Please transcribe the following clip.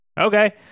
okay